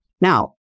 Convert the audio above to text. Now